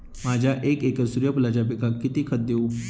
माझ्या एक एकर सूर्यफुलाच्या पिकाक मी किती खत देवू?